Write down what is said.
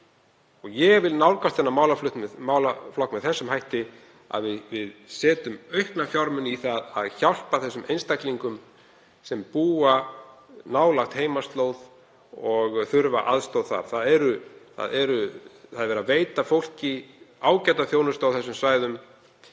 Ég vil nálgast þennan málaflokk með þessum hætti, að við setjum aukna fjármuni í að hjálpa þeim einstaklingum sem búa nálægt heimaslóð og þurfa aðstoð þar. Verið er að veita fólki ágæta þjónustu á þessum svæðum.